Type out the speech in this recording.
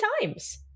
times